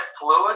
fluid